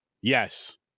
Yes